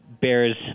bear's